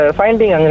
finding